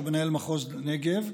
שהוא מנהל מחוז נגב.